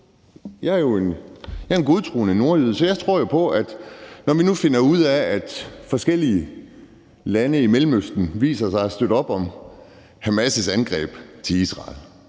Jeg er en godtroende nordjyde, så når vi nu finder ud af, at forskellige lande i Mellemøsten viser sig at støtte op om Hamas' angreb på Israel,